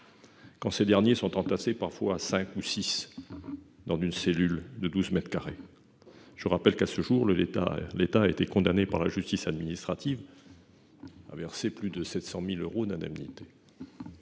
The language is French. quand ceux-ci sont entassés, parfois à cinq ou six, dans une cellule de douze mètres carrés. À ce jour, l'État a été condamné par la justice administrative à verser plus de 700 000 euros d'indemnités.